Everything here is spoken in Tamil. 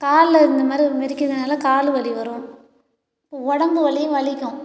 காலில் இந்த மாதிரி அது மிதிக்கிறதுனால காலு வலி வரும் உடம்பு வலியும் வலிக்கும்